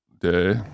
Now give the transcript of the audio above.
day